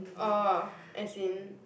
oh as in